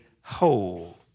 whole